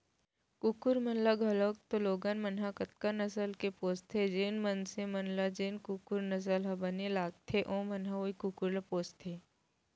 कुकुर मन ल घलौक तो लोगन मन ह कतका नसल के पोसथें, जेन मनसे मन ल जेन कुकुर के नसल ह बने लगथे ओमन ह वोई कुकुर ल पोसथें